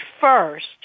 first